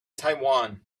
taiwan